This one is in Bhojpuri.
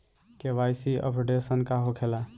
के.वाइ.सी अपडेशन का होखेला?